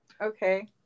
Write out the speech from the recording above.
Okay